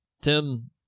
Tim